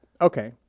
Okay